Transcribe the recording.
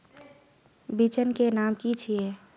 बिचन के नाम की छिये?